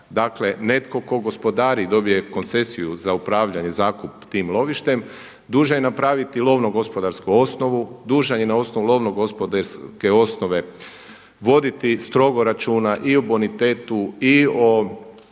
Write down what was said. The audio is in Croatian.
netko tko gospodari i dobije koncesiju za upravljanje zakup tim lovištem, dužan je napraviti lovno-gospodarsku osnovu, dužan je na osnovu lovno-gospodarske osnove voditi strogo računa i o bonitetu i o